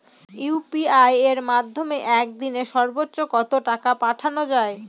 UPI এর মাধ্যমে এক দিনে সর্বচ্চ কত টাকা পাঠানো যায়?